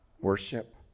worship